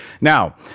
Now